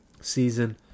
season